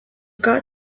got